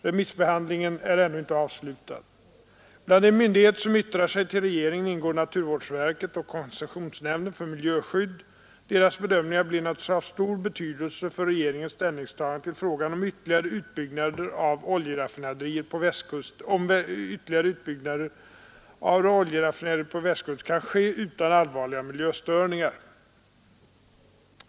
Remissbehandlingen är ännu inte avslutad. Bland de myndigheter som yttrar sig till regeringen ingår naturvårdsverket och koncessionsnämnden för miljöskydd. Deras bedömningar blir naturligtvis av stor betydelse för regeringens ställningstagande till frågan, om ytterligare utbyggnader av oljeraffinaderier på Västkusten kan ske utan allvarliga miljöstörningar.